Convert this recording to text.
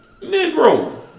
Negro